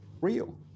real